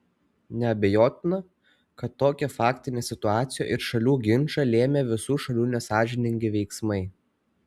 neabejotina kad tokią faktinę situaciją ir šalių ginčą lėmė visų šalių nesąžiningi veiksmai